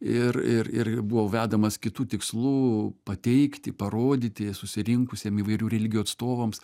ir ir ir buvo vedamas kitų tikslų teikti parodyti susirinkusiem įvairių religijų atstovams